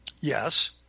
Yes